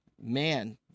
Man